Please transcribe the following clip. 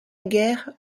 guerre